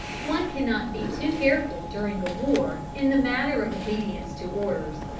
one cannot be too careful, during a war, in the matter of obedience to orders.